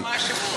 לא, מה השינוי?